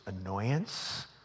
annoyance